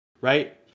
right